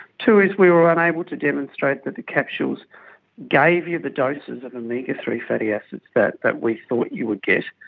two, we we were unable to demonstrate that the capsules gave you the doses of omega three fatty acids that that we thought you would get.